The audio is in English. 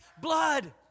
blood